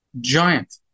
giant